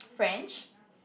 French